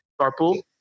carpool